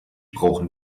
brauchen